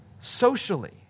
socially